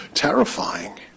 Terrifying